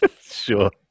sure